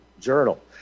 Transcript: journal